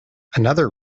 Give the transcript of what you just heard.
another